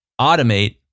automate